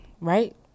Right